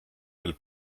veel